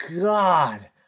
God